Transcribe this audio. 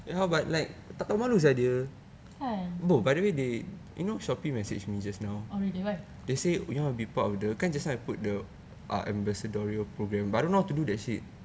kan oh really